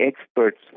experts